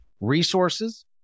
resources